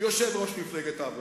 יושב-ראש מפלגת העבודה,